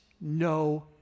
no